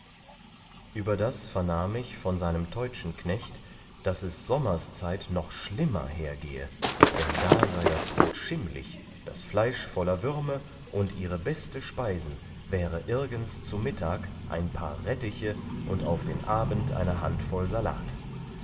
darstellte überdas vernahm ich von seinem teutschen knecht daß es sommerszeit noch schlimmer hergehe dann da sei das brot schimmlig das fleisch voller würme und ihre beste speisen wäre irgends zu mittag ein paar rettiche und auf den abend eine handvoll salat